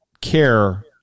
care